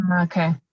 Okay